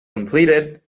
completed